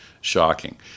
shocking